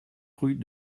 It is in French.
rue